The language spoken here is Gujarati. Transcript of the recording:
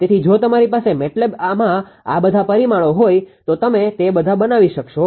તેથી જો તમારી પાસે MATLABમાં આ બધા પરિમાણો હોય તો તમે તે બધા મેળવી શકશો